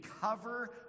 cover